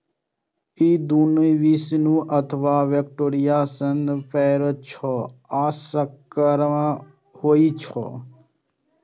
ई दुनू विषाणु अथवा बैक्टेरिया सं पसरै छै आ संक्रामक होइ छै